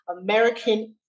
American